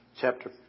chapter